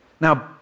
Now